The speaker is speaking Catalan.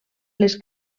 les